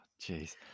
Jeez